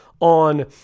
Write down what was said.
on